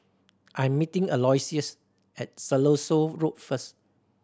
I am meeting Aloysius at Siloso Road first